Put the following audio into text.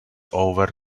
over